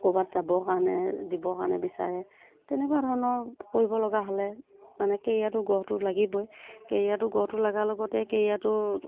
ক'ৰবাত যাবৰ কাৰণে দিবৰ কাৰণে বিচাৰে তেনেকুৱা ধৰণৰ কৰিব লগা হ'লে এনেকেই ইয়াতো গঢ়টো লাগিবই কে ইয়াতো গঢ়টো লগাৰ লগতে কে ইয়াতো